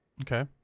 Okay